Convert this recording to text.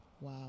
Wow